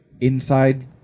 inside